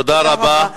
תודה רבה.